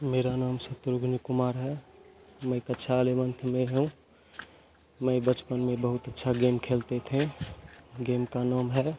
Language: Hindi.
मेरा नाम शत्रुघन कुमार है मैं कक्षा अलेवंथ में हूँ मैं बचपन में बहुत अच्छा गेम खेलते थे गेम का नाम है